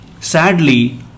Sadly